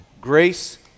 Grace